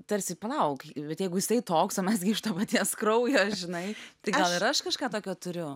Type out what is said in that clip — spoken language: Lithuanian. tarsi palauk ji bet jeigu jisai toks o mes gi iš to paties kraujo žinai tai gal ir aš kažką tokio turiu